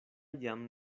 jam